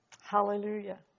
Hallelujah